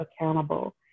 accountable